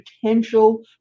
potential